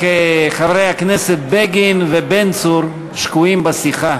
רק חברי הכנסת בגין ובן צור שקועים בשיחה,